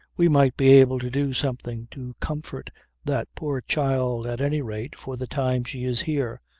we might be able to do something to comfort that poor child at any rate for the time she is here,